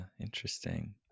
Interesting